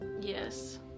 yes